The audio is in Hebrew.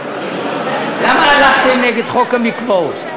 למה הלכתם נגד חוק המקוואות?